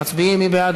מי בעד?